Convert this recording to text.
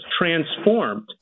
transformed